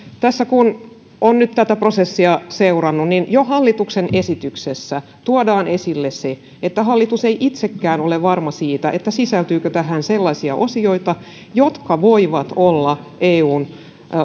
tässä kun on nyt tätä prosessia seurannut niin jo hallituksen esityksessä tuodaan esille se että hallitus ei itsekään ole varma siitä sisältyykö tähän sellaisia osioita jotka voivat olla eun